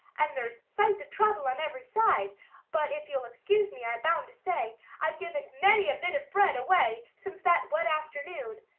and there's sights of trouble on every side but if you'll excuse me, i'm bound to say i've given many a bit of bread away since that wet afternoon,